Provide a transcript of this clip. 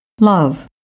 love